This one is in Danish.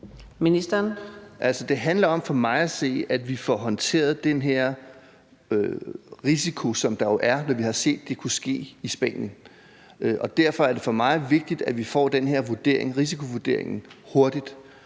se handler det om, at vi får håndteret den her risiko, som vi jo har set der er, når det kunne ske i Spanien. Derfor er det for mig vigtigt, at vi får den her risikovurdering hurtigt,